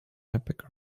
epic